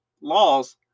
laws